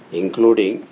including